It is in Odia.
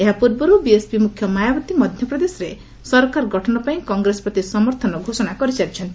ଏହା ପୂର୍ବରୁ ବିଏସ୍ପି ମୁଖ୍ୟ ମାୟାବତୀ ମଧ୍ୟପ୍ରଦେଶରେ ସରକାର ଗଠନ ପାଇଁ କଗ୍ରେସ ପ୍ରତି ସମର୍ଥନ ଘୋଷଣା କରିସାରିଛନ୍ତି